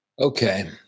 Okay